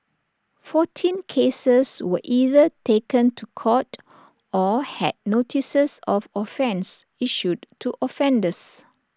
fourteen cases were either taken to court or had notices of offence issued to offenders